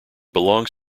belongs